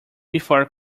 before